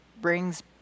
brings